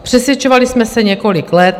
Přesvědčovali jsme se několik let.